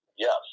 Yes